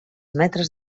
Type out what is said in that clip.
metres